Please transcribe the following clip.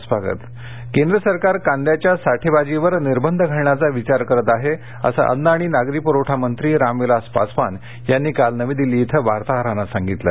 कांदा व्हॉईसकास्टा केंद्र सरकार कांद्याच्या साठेबाजीवर निर्बंध घालण्याचा विचार करतं आहे असं अन्न आणि नागरीपुरवठा मंत्री रामविलास पासवान यांनी काल नवी दिल्लीत वार्ताहरांना सांगितलं